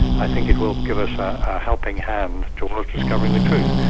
i think it will give us a helping hand towards discovering the truth,